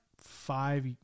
five